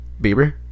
Bieber